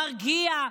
מרגיע,